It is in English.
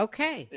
Okay